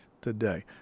today